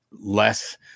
less